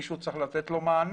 מישהו צריך לתת לו מענה,